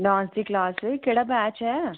dance दी class केह्ड़ा batch ऐ